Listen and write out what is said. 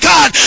God